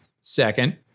Second